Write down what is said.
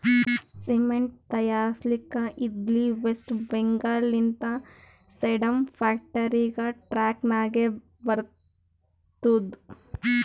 cement ತೈಯಾರ್ಸ್ಲಕ್ ಇದ್ಲಿ ವೆಸ್ಟ್ ಬೆಂಗಾಲ್ ಲಿಂತ ಸೇಡಂ ಫ್ಯಾಕ್ಟರಿಗ ಟ್ರಕ್ ನಾಗೆ ಬರ್ತುದ್